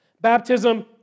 Baptism